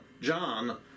John